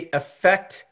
affect